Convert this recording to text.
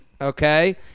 okay